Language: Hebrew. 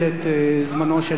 קטונתי.